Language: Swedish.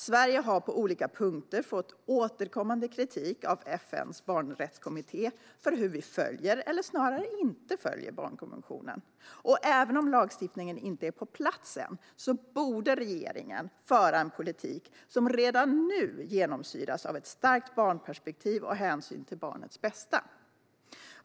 Sverige har på olika punkter fått återkommande kritik av FN:s barnrättskommitté för hur vi följer, eller snarare inte följer, barnkonventionen. Även om lagstiftningen inte är på plats än borde regeringen föra en politik som redan nu genomsyras av ett starkt barnperspektiv och hänsyn till barnets bästa.